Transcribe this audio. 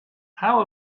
how